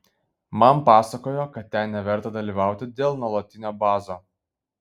man pasakojo kad ten neverta dalyvauti dėl nuolatinio bazo